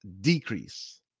decrease